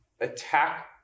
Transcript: attack